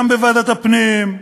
גם בוועדת הפנים,